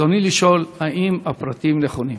רצוני לשאול: האם הפרטים נכונים?